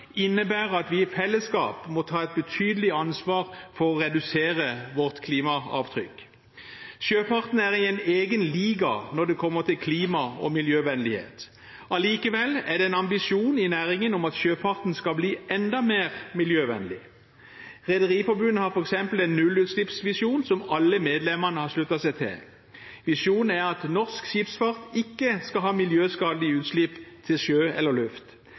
innebærer at vi i fellesskap må ta et betydelig ansvar for å redusere vårt klimaavtrykk. Sjøfarten er i en egen liga når det kommer til klima- og miljøvennlighet. Allikevel er det en ambisjon i næringen om at sjøfarten skal bli enda mer miljøvennlig. Rederiforbundet har f.eks. en nullutslippsvisjon som alle medlemmene har sluttet seg til, og visjonen er at norsk skipsfart ikke skal ha miljøskadelige utslipp til sjø eller luft.